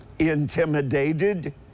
intimidated